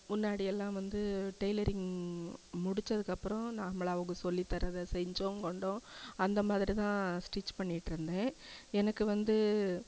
முன்னாடியெல்லாம் வந்து டெய்லரிங் முடிச்சதுக்கப்புறம் நம்மளா அவங்க சொல்லித்தரதை செஞ்சம் கொண்டம் அந்தமாதிரிதான் ஸ்டிச் பண்ணிட்டுருந்தேன் எனக்கு வந்து